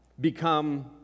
become